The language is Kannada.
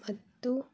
ಮತ್ತು